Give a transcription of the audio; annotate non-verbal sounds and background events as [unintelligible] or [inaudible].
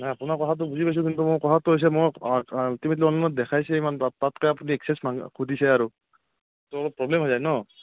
নাই আপোনাৰ কথাটো বুজি পাইছঁ কিন্তু মোৰ কথাটো হৈছে মই [unintelligible] আল্টিমেটলি [unintelligible] দেখাইছে ইমান তাতকৈ আপুনি এক্সেছ মাং সুধিছে আৰু ত' অলপ প্ৰব্লেম হৈ যায় ন